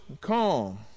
calm